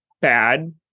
bad